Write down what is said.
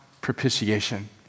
propitiation